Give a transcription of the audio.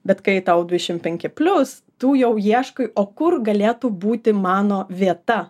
bet kai tau dvidešim penki plius tu jau ieškai o kur galėtų būti mano vieta